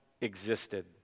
existed